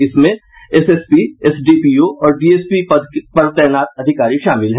इसमें ASP SDPO और DSP के पद पर तैनात अधिकारी शामिल हैं